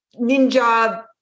ninja